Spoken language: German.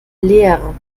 leer